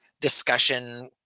discussion